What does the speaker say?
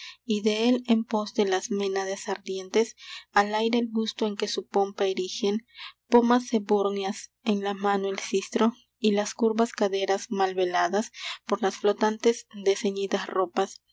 y de él en pos de las ménades ardientes al aire el busto en que su pompa erigen pomas ebúrneas en la mano el sistro y las curvas caderas mal veladas por las flotantes desceñidas ropas